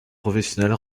professionnel